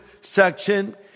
section